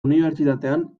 unibertsitatean